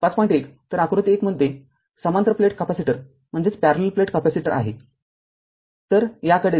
१ तर आकृती १ म्हणजे समांतर प्लेट कॅपेसिटर आहे तर याकडे जा